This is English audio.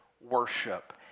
worship